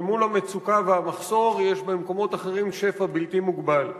שמול המצוקה והמחסור יש במקומות אחרים שפע בלתי מוגבל.